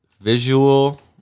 Visual